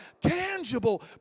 tangible